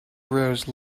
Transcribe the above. rose